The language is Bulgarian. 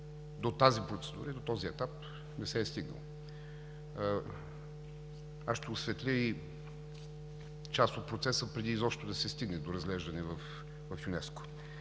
До тази процедура и до този етап не се е стигнало. Аз ще осветля и част от процеса преди изобщо да се стигне до разглеждане в ЮНЕСКО.